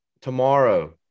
tomorrow